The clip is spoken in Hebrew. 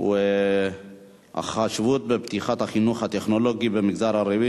יחידת "עוז" סמכויות ואכיפה,